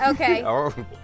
Okay